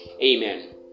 Amen